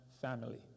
family